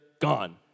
gone